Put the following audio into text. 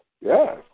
yes